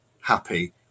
happy